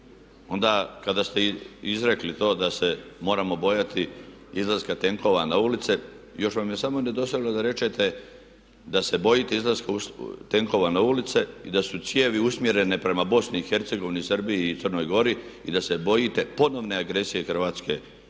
onda kada ste izrekli to da se moramo bojati izlaska tenkova na ulice još vam je samo nedostajalo da rečete da se bojite izlaska tenkova na ulice i da su cijevi usmjerene prema Bosni i Hercegovini, Srbiji i Crnoj Gori i da se bojite ponovne agresije Hrvatske na